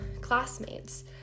classmates